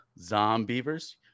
Zombievers